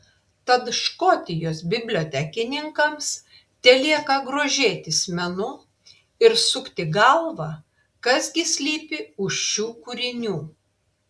tad škotijos bibliotekininkams telieka grožėtis menu ir sukti galvą kas gi slypi už šių kūrinių